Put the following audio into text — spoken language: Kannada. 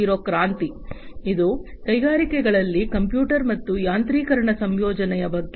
0 ಕ್ರಾಂತಿ ಇದು ಕೈಗಾರಿಕೆಗಳಲ್ಲಿ ಕಂಪ್ಯೂಟರ್ ಮತ್ತು ಯಾಂತ್ರಿಕರಣ ಸಂಯೋಜನೆಯ ಬಗ್ಗೆ